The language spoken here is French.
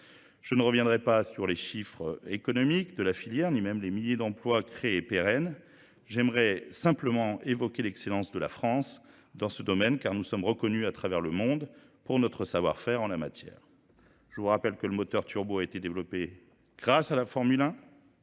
Je ne reviendrai pas sur les chiffres économiques de la filière, ni même les milliers d'emplois créés pérennes. J'aimerais simplement évoquer l'excellence de la France dans ce domaine, car nous sommes reconnus à travers le monde pour notre savoir-faire en la matière. Je vous rappelle que le moteur turbo a été développé grâce à la Formule 1.